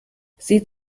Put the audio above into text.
sieht